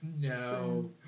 No